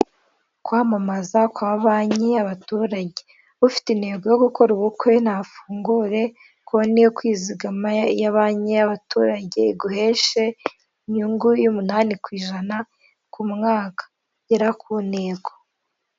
Kwamamaza kwa banki y'abaturage ufite intego yo gukora ubukwe nafungure konti yo kwizagama ya banki y'abaturage, iguheshe inyungu y'umunani ku ijana ku mwaka. Gera ku ntego.